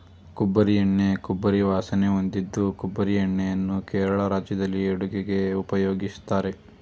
ಕೊಬ್ಬರಿ ಎಣ್ಣೆ ಕೊಬ್ಬರಿ ವಾಸನೆ ಹೊಂದಿದ್ದು ಕೊಬ್ಬರಿ ಎಣ್ಣೆಯನ್ನು ಕೇರಳ ರಾಜ್ಯದಲ್ಲಿ ಅಡುಗೆಗೆ ಉಪಯೋಗಿಸ್ತಾರೆ